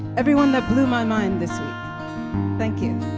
everyone that blew my mind this thank you.